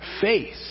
faith